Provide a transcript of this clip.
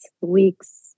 weeks